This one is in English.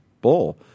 bull